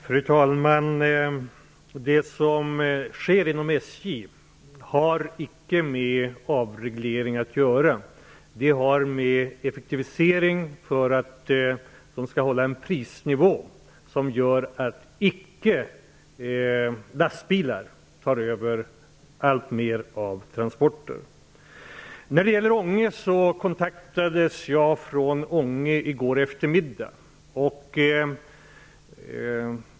Fru talman! Det som sker inom SJ har icke med avreglering att göra. Det är en effektivisering för att SJ skall kunna hålla en prisnivå som gör att lastbilar icke tar över alltmer av transporterna. Jag kontaktades från Ånge i går eftermiddag.